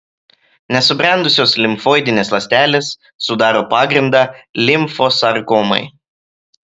nesubrendusios limfoidinės ląstelės sudaro pagrindą limfosarkomai